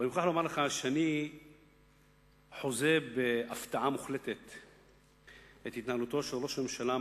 ואני מוכרח לומר לך שאני חוזה בהפתעה מוחלטת את התנהלותו של ראש הממשלה,